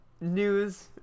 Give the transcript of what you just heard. News